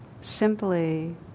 simply